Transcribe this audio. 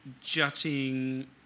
jutting